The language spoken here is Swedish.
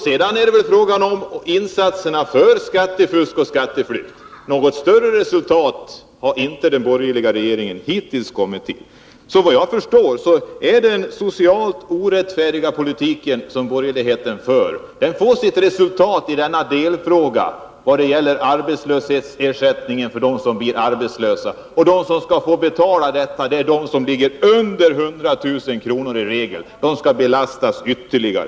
Sedan är det fråga om insatser mot skattefusk och skatteflykt. Något större resultat har inte den borgerliga regeringen hittills kommit till. Efter vad jag förstår är det borgerlighetens socialt orättfärdiga politik som i denna delfråga får sådana här resultat när det gäller arbetslöshetsersättning. De som skall få betala detta är i regel sådana som ligger under 100 000 kr. i inkomst. De skall belastas ytterligare.